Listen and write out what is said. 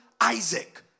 isaac